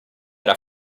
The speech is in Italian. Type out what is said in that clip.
era